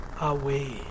away